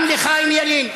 גם חיים ילין.